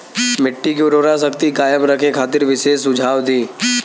मिट्टी के उर्वरा शक्ति कायम रखे खातिर विशेष सुझाव दी?